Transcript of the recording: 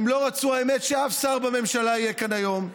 הן לא רצו, האמת, שאף שר בממשלה יהיה כאן היום.